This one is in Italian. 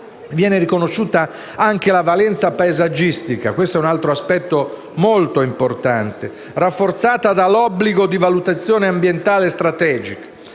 viene rico- nosciuta anche la valenza paesaggistica (e questo è un altro aspetto molto importante), rafforzata dall’obbligo di valutazione ambientale strategica.